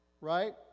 Right